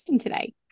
today